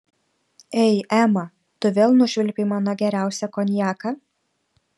ei ema tu vėl nušvilpei mano geriausią konjaką